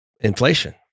inflation